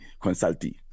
consulting